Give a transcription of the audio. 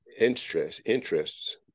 interests